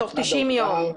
תוך 90 יום.